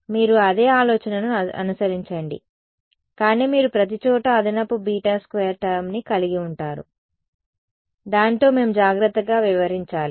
మీరు అదే ఆలోచనను అనుసరించండి కానీ మీరు ప్రతిచోటా అదనపు బీటా స్క్వేర్ టర్మ్ని కలిగి ఉంటారు దానితో మేము జాగ్రత్తగా వ్యవహరించాలి